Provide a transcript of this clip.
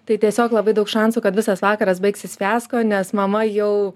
tai tiesiog labai daug šansų kad visas vakaras baigsis fiasko nes mama jau